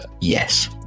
yes